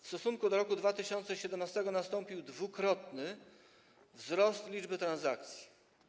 W stosunku do roku 2017 nastąpił dwukrotny wzrost liczby transakcji.